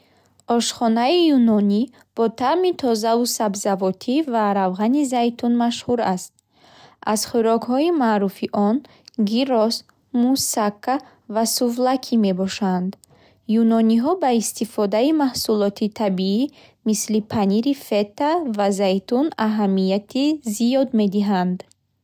Ошхонаи Юнонӣ бо таъми тозаву сабзавотӣ ва равғани зайтун машҳур аст. Аз хӯрокҳои маъруфи он гирос, муссака ва сувлаки мебошанд. Юнониҳо ба истифодаи маҳсулоти табиӣ, мисли панири фета ва зайтун аҳамияти зиёд медиҳанд.